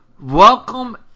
Welcome